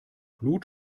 blut